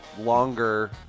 longer